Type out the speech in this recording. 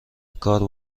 کار